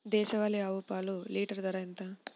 దేశవాలీ ఆవు పాలు లీటరు ధర ఎంత?